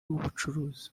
w’ubucuruzi